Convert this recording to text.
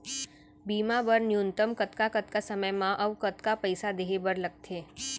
बीमा बर न्यूनतम कतका कतका समय मा अऊ कतका पइसा देहे बर लगथे